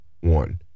One